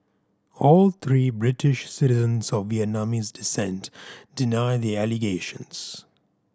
all three British citizens of Vietnamese descent deny the allegations